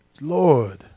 Lord